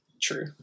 True